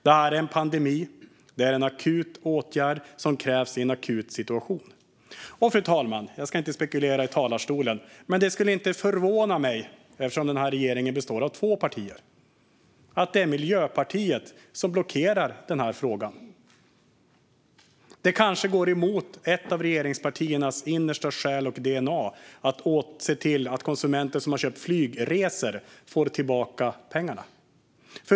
Detta är en pandemi. Det krävs en akut åtgärd i en akut situation. Fru talman! Jag ska inte stå i talarstolen och spekulera, men regeringen består av två partier. Det skulle inte förvåna mig om det var Miljöpartiet som blockerar den här frågan. Det kanske går emot ett av regeringspartiernas innersta själ och DNA att se till att konsumenter som köpt just flygresor får tillbaka pengarna.